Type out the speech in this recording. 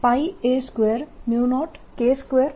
તો આ સંગ્રહિત ઉર્જા છે